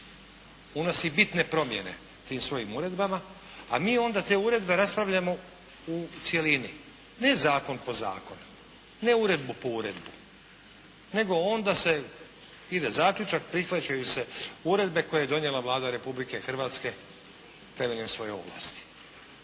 unosi bitne promjene tim svojim uredbama, a mi onda te uredbe raspravljamo u cjelini ne zakon po zakon, ne uredbu po uredbu nego onda se ide zaključak prihvaćaju se uredbe koje je donijela Vlada Republike Hrvatske temeljem svoje ovlasti